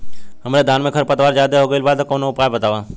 हमरे धान में खर पतवार ज्यादे हो गइल बा कवनो उपाय बतावा?